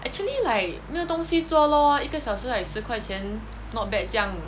actually like 没有东西做 lor 一个小时 like 十块钱 not bad 这样